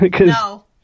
No